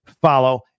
follow